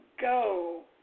go